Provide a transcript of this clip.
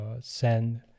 send